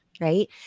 right